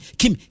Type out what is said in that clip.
kim